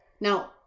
Now